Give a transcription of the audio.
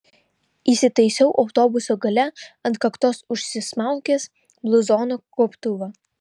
įsitaisiau autobuso gale ant kaktos užsismaukęs bluzono gobtuvą